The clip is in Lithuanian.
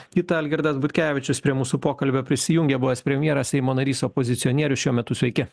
kitą algirdas butkevičius prie mūsų pokalbio prisijungė buvęs premjeras seimo narys opozicionierius šiuo metu sveiki